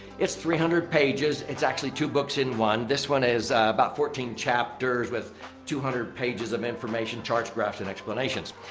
it's three hundred pages. it's actually two books in one. this one is about fourteen chapters with two hundred pages of information charts graphs and explanations.